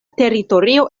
teritorio